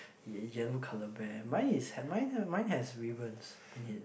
ye~ yellow colour bear mine is have mine have mine has ribbons in it